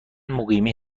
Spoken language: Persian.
مقیمی